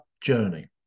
journey